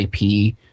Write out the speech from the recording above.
IP